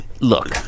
look